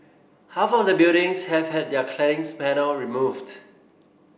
half of the buildings have had their claddings panel removed